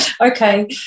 okay